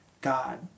God